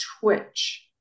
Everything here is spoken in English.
twitch